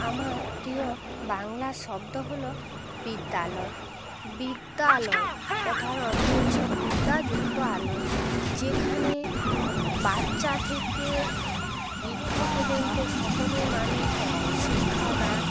আমার প্রিয় বাংলা শব্দ হলো বিদ্যালয় বিদ্যালয় কথার অর্থ হচ্ছে বিদ্যা যুক্ত আলয় যেখানে বাচ্চা থেকে বৃদ্ধ পর্যন্ত সকলই মানুষ শিক্ষা দান